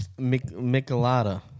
Michelada